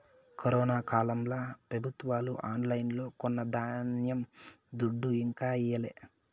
corona కాలంల పెబుత్వాలు ఆన్లైన్లో కొన్న ధాన్యం దుడ్డు ఇంకా ఈయలే